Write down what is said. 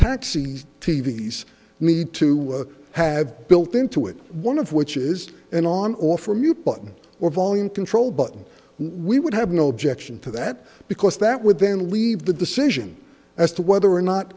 taxi t v s need to have built into it one of which is an on off or mute button or volume control button we would have no objection to that because that would then leave the decision as to whether